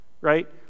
right